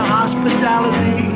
hospitality